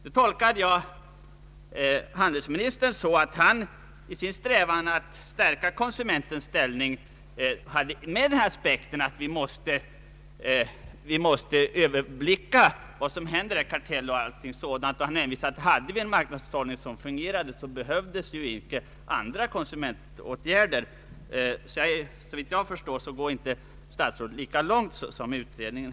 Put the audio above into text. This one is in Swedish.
Nu tolkar jag handelsministern så att han i sin strävan att stärka konsumentens ställning hade med aspekten att vi måste överblicka vad som händer i fråga om karteller och dylikt. Han hänvisar till att om vi hade en marknadshushållning som fungerade, så behövdes icke andra konsumentåtgärder. Det gäller här inte i och för sig någon ny iakttagelse.